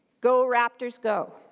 go raptors go.